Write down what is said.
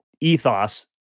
ethos